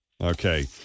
Okay